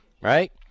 right